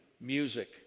music